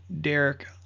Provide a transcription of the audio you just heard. Derek